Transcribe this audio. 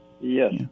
Yes